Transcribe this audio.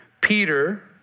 Peter